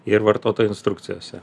ir vartotojų instrukcijose